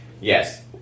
Yes